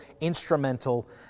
instrumental